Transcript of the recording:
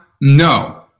No